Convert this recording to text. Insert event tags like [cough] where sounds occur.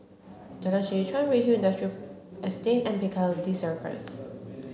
Jalan Seh Chuan Redhill [unintelligible] Estate and Piccadilly Circus